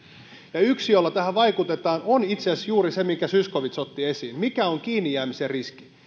ja yksi jolla tähän vaikutetaan on itse asiassa juuri se minkä zyskowicz otti esiin mikä on kiinnijäämisen riski